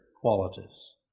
qualities